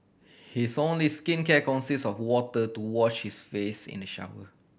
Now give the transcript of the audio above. his only skincare consists of water to wash his face in the shower